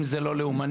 אם זה לא לאומני,